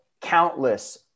countless